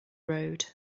road